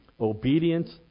Obedience